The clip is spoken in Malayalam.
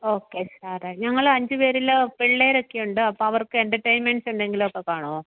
ഓക്കെ സാറെ ഞങ്ങൾ അഞ്ച് പേരിൽ പിള്ളേരൊക്കെയുണ്ട് അപ്പം അവർക്ക് എൻറ്റർടൈൻമെൻറ്റ്സ് എന്തെങ്കിലുമൊക്കെ കാണുമോ